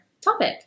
topic